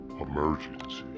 emergency